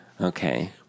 Okay